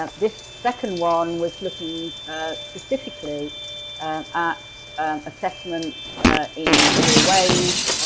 ah this second one was looking specifically at assessments in four ways.